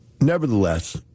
nevertheless